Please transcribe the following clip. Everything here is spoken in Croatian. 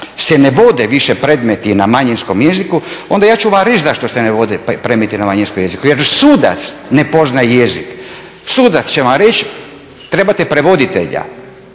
se ne vode više predmeti na manjinskom jeziku onda ja ću vam reći zašto se ne vode predmeti na manjinskom jeziku. Jer sudac ne poznaje jezik. Sudac će vam reći trebate prevoditelja,